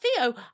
Theo